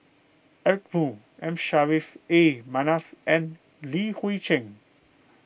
Eric Moo M Saffri A Manaf and Li Hui Cheng